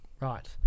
right